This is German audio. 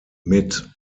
mit